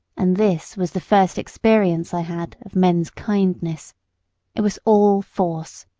and this was the first experience i had of men's kindness it was all force.